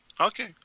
Okay